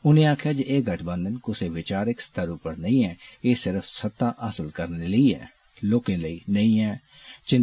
उनें आक्खेआ जे एह गठबंधन कुसै विचारक स्तर नेई ऐ एह् सिर्फ सत्ता हासल करने लेई ऐ लोकें लेई नेई